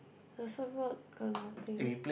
the surf board got nothing